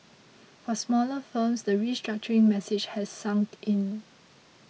for smaller firms the restructuring message has sunk in